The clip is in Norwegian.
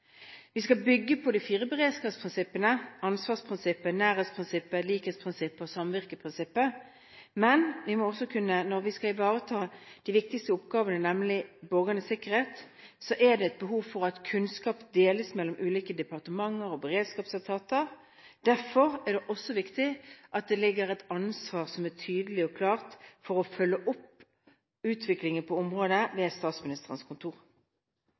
Vi skal bygge på de fire beredskapsprinsippene: ansvarsprinsippet, nærhetsprinsippet, likhetsprinsippet og samvirkeprinsippet. Men når vi skal ivareta de viktigste oppgavene, nemlig borgernes sikkerhet, er det et behov for at kunnskap deles mellom ulike departementer og beredskapsetater. Derfor er det også viktig at det ligger et ansvar som er tydelig og klart, for å følge opp utviklingen på området ved Statsministerens kontor.